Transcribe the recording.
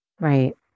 Right